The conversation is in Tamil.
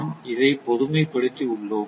நாம் இதை பொதுமைப்படுத்தி உள்ளோம்